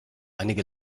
einige